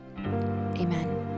amen